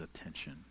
attention